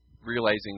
realizing